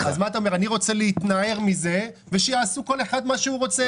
אני רוצה להתנער מזה ושיעשה כל אחד מה שהוא רוצה,